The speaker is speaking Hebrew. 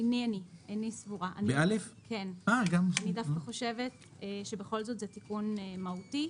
אני דווקא חושבת שזה בכל זאת תיקון מהותי,